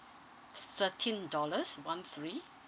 thirteen dollars one three